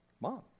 Mom